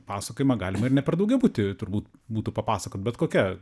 pasakojimą galima ir ne per daugiabutį turbūt būtų papasakot bet kokia